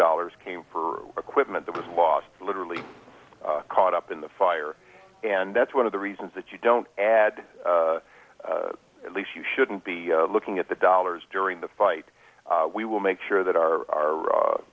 dollars came for equipment that was lost literally caught up in the fire and that's one of the reasons that you don't add at least you shouldn't be looking at the dollars during the fight we will make sure that our